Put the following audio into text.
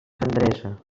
tendresa